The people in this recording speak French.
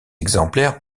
exemplaires